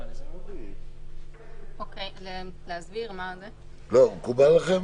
מקובל עליכם?